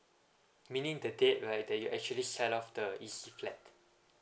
meaning the date right that you actually sell off the E_C flat